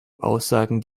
aussagen